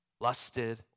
lusted